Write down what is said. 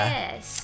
Yes